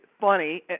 funny